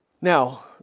Now